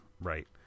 right